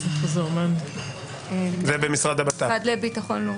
במשרד לביטחון לאומי.